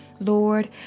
Lord